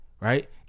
right